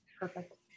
Perfect